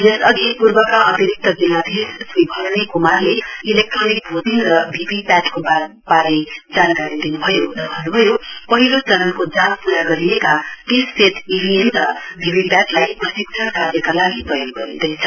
यसअघि पूर्वका अतिरिक्त जिल्लाधीश श्री भरनी क्मारले इलेक्ट्रोनिक भोटिङ र भीभीपीएटी को बारे जानकारी दिनु भयो र भन्नुभयो पहिलो चरणको जाँच पूरा गरिएका तीस सेट इभीएम र भीभीपीएटीलाई प्रशिक्षण कार्यका लागि प्रयोग गरिँदैछ